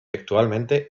actualmente